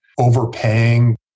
overpaying